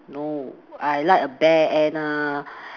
no I like a bear and uh